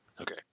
Okay